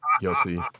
guilty